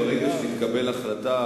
ברגע שתתקבל החלטה,